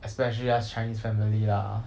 especially us chinese family lah